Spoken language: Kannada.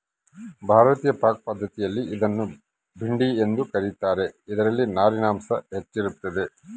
ಭಾರತೀಯ ಪಾಕಪದ್ಧತಿಯಲ್ಲಿ ಇದನ್ನು ಭಿಂಡಿ ಎಂದು ಕ ರೀತಾರ ಇದರಲ್ಲಿ ನಾರಿನಾಂಶ ಹೆಚ್ಚಿರ್ತದ